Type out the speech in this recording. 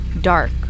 Dark